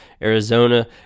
Arizona